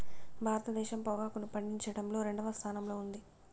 భారతదేశం పొగాకును పండించడంలో రెండవ స్థానంలో ఉంది